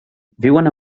viuen